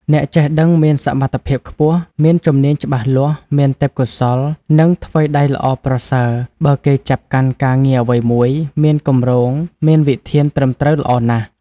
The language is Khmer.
អ្នកចេះដឹងមានសមត្ថភាពខ្ពស់ មានជំនាញច្បាស់លាស់ មានទេពកោសល្យ និងថ្វីដៃល្អប្រសើរ បើគេចាប់កាន់ការងារអ្វីមួយ មានគម្រោង មានវិធានត្រឹមត្រូវល្អណាស់ ។